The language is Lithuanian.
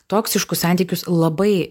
toksiškus santykius labai